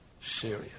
serious